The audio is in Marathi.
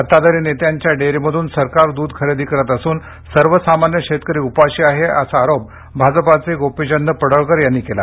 सत्ताधारी नेत्यांच्या डेअरी मधून सरकार दूध खरेदी करत असून सर्व सामान्य शेतकरी उपाशी आहे असा आरोप भाजप गोपीचंद पडळकर यांनी केला